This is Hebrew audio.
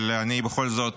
אבל אני בכל זאת